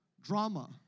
drama